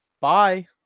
Bye